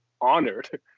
honored